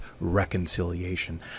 reconciliation